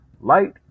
Light